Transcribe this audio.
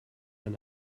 ein